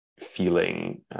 feeling